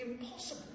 impossible